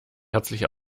herzlich